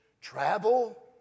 travel